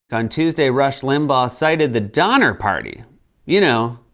on tuesday, rush limbaugh cited the donner party you know,